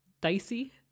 dicey